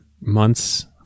months